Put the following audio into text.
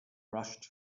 rushed